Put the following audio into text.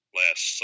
last